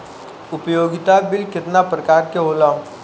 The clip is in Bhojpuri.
उपयोगिता बिल केतना प्रकार के होला?